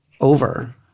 over